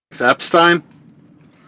Epstein